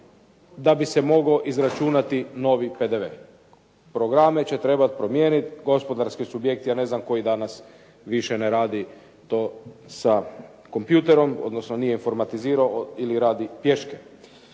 da bi se mogao izračunati novi PDV. Programe će trebati promijeniti, gospodarski subjekt, ja ne znam koji danas više ne radi to sa kompjutorom, odnosno nije informatizirao ili radi pješke.